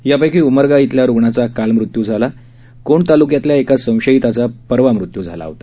यापैकी उमरगा इथल्या रुग्णाचा काल मृत्यू झाला कोंड तालुक्यातल्या एका संशयीतचा परवा मृत्यू झाला होता